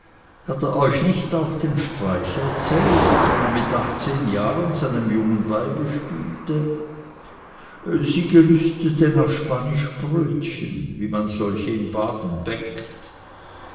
hat er euch nicht auch den streich erzählt den er mit achtzehn jahren seinem jungen weibe spielte sie gelüstete nach spanischbrötchen wie man solche in baden bäckt